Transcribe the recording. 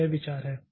तो यह विचार है